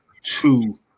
Two